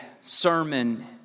sermon